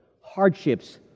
hardships